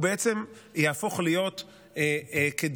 והוא בעצם יהפוך להיות עבד לווה לאיש מלווה,